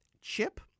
chip